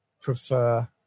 prefer